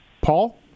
Paul